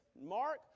mark